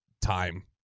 time